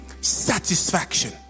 satisfaction